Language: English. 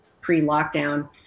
pre-lockdown